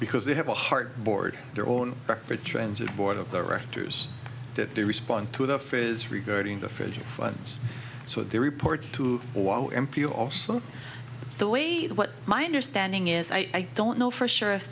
because they have a heart board their own separate transit board of directors that they respond to the fare is regarding the federal funds so they report to the way what my understanding is i don't know for sure if